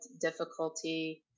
difficulty